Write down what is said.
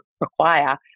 require